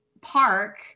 park